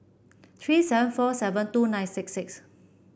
three seven four seven two nine six six